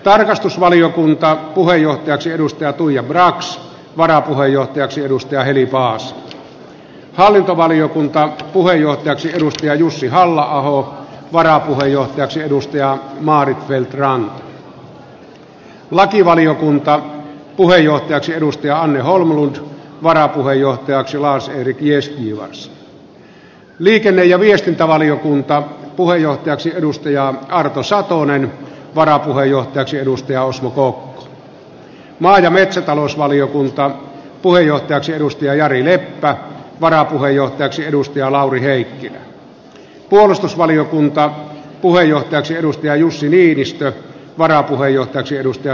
tarkastusvaliokunta pentti kettunen tuija brax heli paasio jussi halla aho maarit feldt ranta anne holmlund lars erik gästgivars ja viestintävaliokuntapuheenjohtajaksi arto satonen osmo kokko ja metsätalousvaliokunta puheenjohtajaksi edustaja jarille että metsätalousvaliokuntapuheenjohtajaksi jari leppä lauri heikkilä jussi niinistö varapuheenjohtaksi edustaja